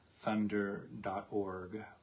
thunder.org